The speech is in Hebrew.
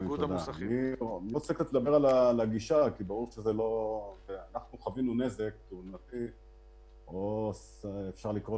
בסך הכול הנושא הזה של תיאומי המס מוביל